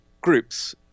groups